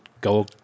go